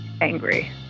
angry